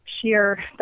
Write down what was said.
sheer